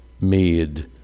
made